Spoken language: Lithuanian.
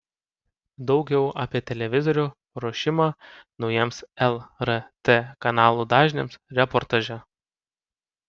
daugiau apie televizorių paruošimą naujiems lrt kanalų dažniams reportaže